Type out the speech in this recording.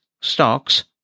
stocks